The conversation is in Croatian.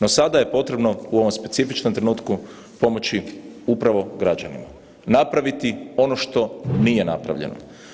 No, sada je potrebno u ovom specifičnom trenutku pomoći upravo građanima, napraviti ono što nije napravljeno.